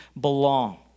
belong